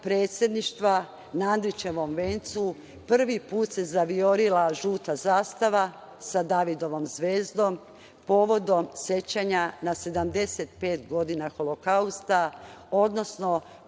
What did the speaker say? predsedništva, na Andrićevom vencu, prvi put se zaviorila žuta zastava sa Davidovom zvezdom povodom sećanja na 75 godina Holokausta, odnosno